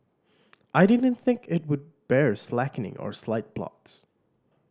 I didn't think it would bear slackening or side plots